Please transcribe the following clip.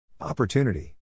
Opportunity